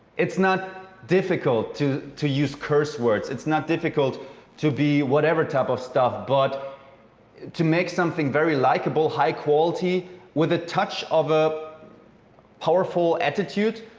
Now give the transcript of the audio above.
it's not difficult to to use curse words. it's not difficult to be whatever type of stuff. but to make something very likeable, high quality with a touch of a powerful attitude,